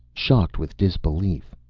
shocked with disbelief.